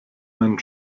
einen